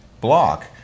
block